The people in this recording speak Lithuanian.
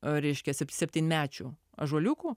o reiškiasi septynmečių ąžuoliukų